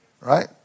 right